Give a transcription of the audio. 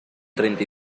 treinta